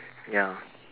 ya